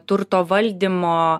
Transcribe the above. turto valdymo